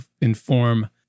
inform